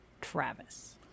travis